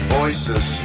voices